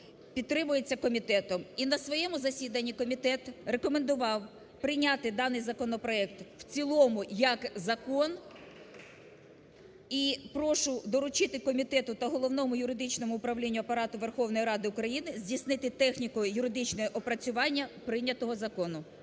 підтримується комітетом. І на своєму засіданні комітет рекомендував прийняти даний законопроект в цілому як закон. І прошу доручити комітету та Головному юридичному управлінню Апарату Верховної Ради України здійснити техніко-юридичне опрацювання прийнятого закону.